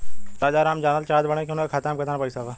राजाराम जानल चाहत बड़े की उनका खाता में कितना पैसा बा?